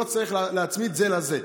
לא צריך להצמיד את זה לזה,